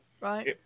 right